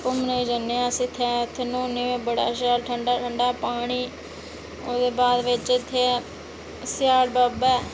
घुम्मनै गी जन्ने अस उत्थै न्हौने गी जन्ने इत्थै बड़ा शैल ठंडा ठंडा पानी ते ओह्दे बाद इत्थै सियाढ़ बाबा ऐ